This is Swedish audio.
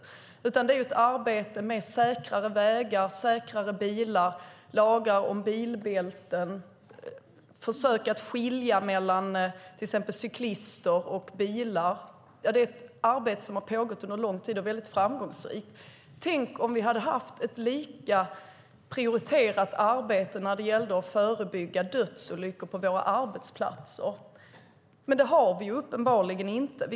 Det är resultat av ett arbete med säkrare vägar, säkrar bilar, lagar om bilbälten, försök att skilja mellan cyklister och bilar. Det är ett arbete som har pågått under en lång tid och som har varit väldigt framgångsrikt. Tänk om vi hade haft ett lika prioriterat arbete när det gällde att förebygga dödsolyckor på våra arbetsplatser! Men det har vi uppenbarligen inte haft.